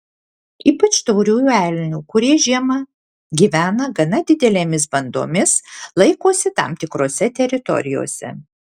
ypač tauriųjų elnių kurie žiemą gyvena gana didelėmis bandomis laikosi tam tikrose teritorijose